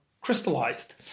crystallized